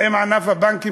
האם ענף הבנקים,